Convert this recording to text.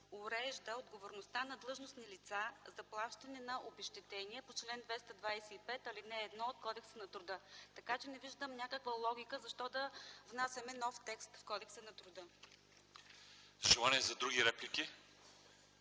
урежда отговорността на длъжностни лица за плащане на обезщетения по чл. 225, ал. 1 от Кодекса на труда. Така че не виждам някаква логика защо да внасяме нов текст в Кодекса на труда. ПРЕДСЕДАТЕЛ ЛЪЧЕЗАР